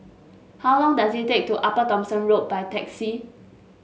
how long does it take to Upper Thomson Road by taxi